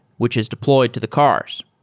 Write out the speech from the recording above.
which is deployed to the cars.